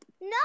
No